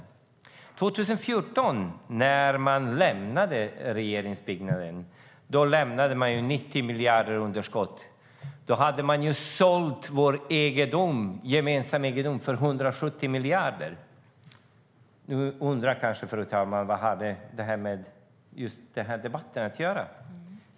År 2014, när man lämnade regeringsbyggnaden, lämnade man 90 miljarder i underskott. Då hade man sålt vår gemensamma egendom för 170 miljarder. Nu undrar kanske fru talmannen vad detta har med den här debatten att göra.